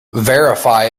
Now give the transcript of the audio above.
verify